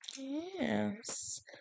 yes